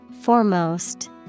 Foremost